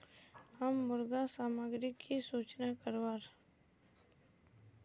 हम मुर्गा सामग्री की सूचना करवार?